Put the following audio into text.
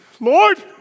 Lord